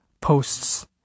posts